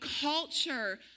culture